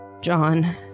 John